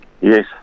Yes